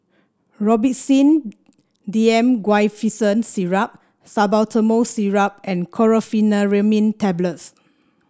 Robitussin D M Guaiphenesin Syrup Salbutamol Syrup and Chlorpheniramine Tablets